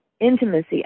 intimacy